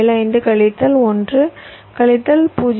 75 கழித்தல் 1 கழித்தல் 0